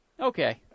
Okay